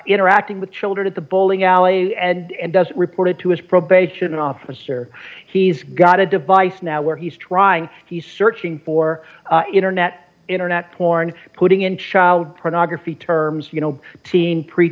interacting with children at the bowling alley and does reported to his probation officer he's got a device now where he's trying he's searching for internet internet porn putting in child pornography terms you know teen pre